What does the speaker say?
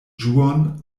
ĝuon